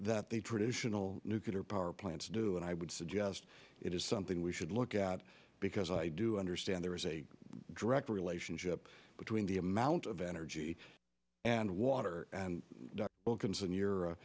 that the traditional nuclear power plants do and i would suggest it is something we should look at because i do understand there is a direct relationship between the amount of energy and water and